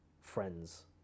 friends